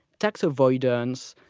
tax avoidance,